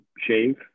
shave